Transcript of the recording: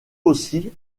aussi